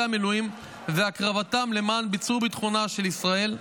המילואים והקרבתם למען ביצור ביטחונה של ישראל,